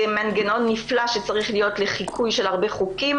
זה מנגנון נפלא שצריך להיות לחיקוי של הרבה חוקים,